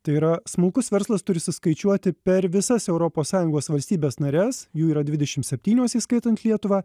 tai yra smulkus verslas turi suskaičiuoti per visas europos sąjungos valstybes nares jų yra dvidešimt septynios įskaitant lietuvą